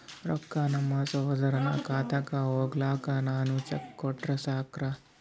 ರೊಕ್ಕ ನಮ್ಮಸಹೋದರನ ಖಾತಕ್ಕ ಹೋಗ್ಲಾಕ್ಕ ನಾನು ಚೆಕ್ ಕೊಟ್ರ ಸಾಕ್ರ?